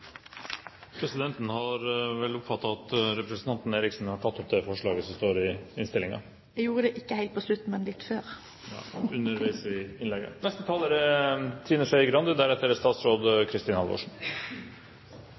Presidenten har vel oppfattet at representanten Dagrun Eriksen har tatt opp det forslaget hun refererte til. Jeg gjorde det ikke helt på slutten, men før. Ja, underveis i innlegget.